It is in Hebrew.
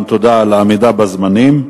תודה גם על העמידה בזמנים.